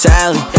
Sally